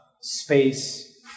space